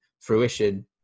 fruition